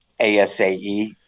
ASAE